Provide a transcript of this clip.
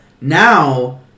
Now